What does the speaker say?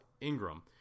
Ingram